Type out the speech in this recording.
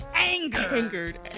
angered